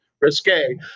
risque